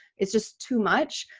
it's just too much.